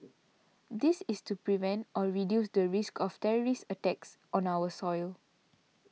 this is to prevent or reduce the risk of terrorist attacks on our soil